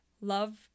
love